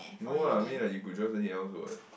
no lah I mean like you could join something else what